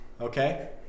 Okay